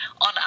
on